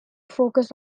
focus